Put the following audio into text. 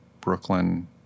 Brooklyn